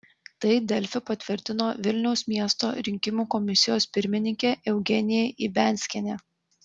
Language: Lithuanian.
tai delfi patvirtino vilniaus miesto rinkimų komisijos pirmininkė eugenija ibianskienė